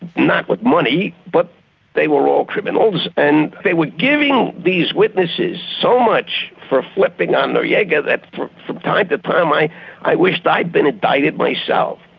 not with money, but they were all criminals and they were giving these witnesses so much for flipping on noriega that from time to time i i wished i'd been indicted myself.